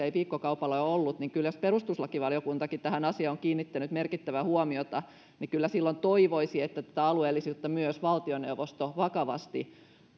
ei viikkokaupalla ole ollut niin kyllä jos perustuslakivaliokuntakin tähän asiaan on kiinnittänyt merkittävää huomiota silloin toivoisi että tätä alueellisuutta myös valtioneuvosto vakavasti